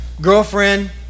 Girlfriend